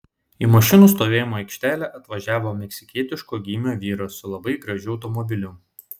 į mašinų stovėjimo aikštelę atvažiavo meksikietiško gymio vyras su labai gražiu automobiliu